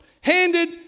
handed